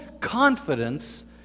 confidence